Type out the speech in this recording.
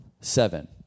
Seven